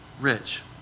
rich